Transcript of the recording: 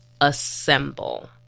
assemble